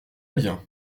bien